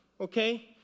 Okay